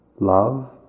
love